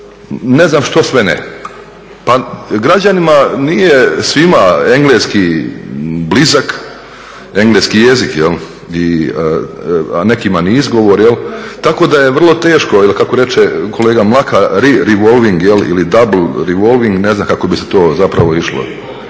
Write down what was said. ne znam što sve ne. Pa građanima nije svima engleski blizak, engleski jezik, a nekima ni izgovor, tako da je vrlo teško, jer kako reče kolega Mlakar, revolving ili double revolving, ne znam kako bi se to zapravo išlo,